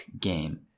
game